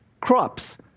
crops